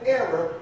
error